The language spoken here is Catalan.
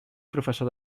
professor